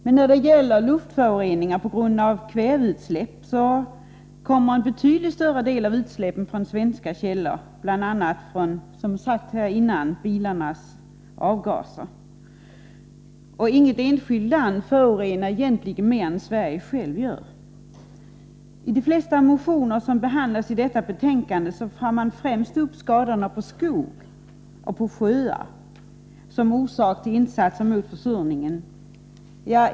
Men när det gäller luftföroreningar på grund av kväveutsläpp kommer en betydligt större del från svenska källor, bl.a., som har sagts här tidigare, från bilarnas avgaser. Och inget enskilt land förorenar egentligen vårt land mer än Sverige självt gör. I de flesta motioner som behandlas i detta betänkande tar man främst upp skadorna på skog och sjöar som orsak till insatser mot försurningen.